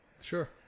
Sure